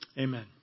amen